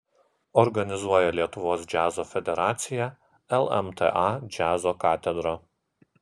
organizuoja lietuvos džiazo federacija lmta džiazo katedra